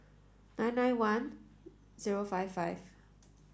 nine nine one zero five five